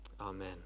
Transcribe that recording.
Amen